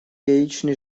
яичный